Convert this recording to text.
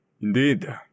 Indeed